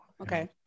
Okay